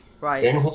Right